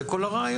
זה כל הרעיון.